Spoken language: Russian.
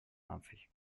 наций